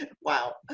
Wow